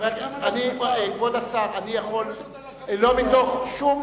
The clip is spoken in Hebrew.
אתה, אין לך שום